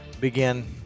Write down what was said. begin